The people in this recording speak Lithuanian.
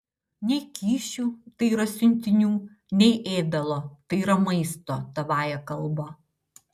nei kyšių tai yra siuntinių nei ėdalo tai yra maisto tavąja kalba